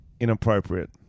inappropriate